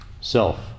self